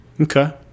Okay